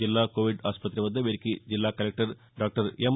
జిల్లా కోవిద్ ఆసుపత్రి వద్ద వీరికి జిల్లా కలెక్టర్ డాక్టర్ ఎం